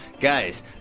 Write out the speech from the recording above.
guys